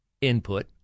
input